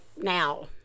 now